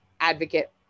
advocate